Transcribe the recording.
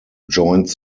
joined